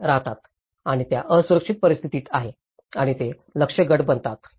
तेथे राहतात आणि त्या असुरक्षित परिस्थिती आहेत आणि ते लक्ष्य गट बनतात